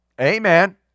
Amen